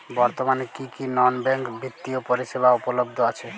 বর্তমানে কী কী নন ব্যাঙ্ক বিত্তীয় পরিষেবা উপলব্ধ আছে?